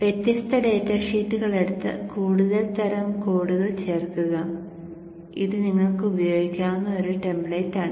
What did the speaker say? വ്യത്യസ്ത ഡാറ്റ ഷീറ്റുകൾ എടുത്ത് കൂടുതൽ തരം കോഡുകൾ ചേർക്കുക ഇത് നിങ്ങൾക്ക് ഉപയോഗിക്കാനാകുന്ന ഒരു ടെംപ്ലേറ്റാണ്